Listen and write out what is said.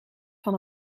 van